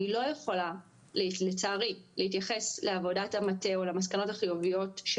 אני לא יכולה לצערי להתייחס לעבודת המטה או למסקנות החיוביות של